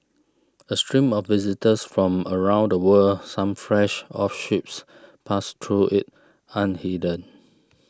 a stream of visitors from around the world some fresh off ships passed through it unhindered